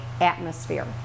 atmosphere